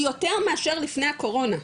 היא יותר מאשר לפני הקורונה,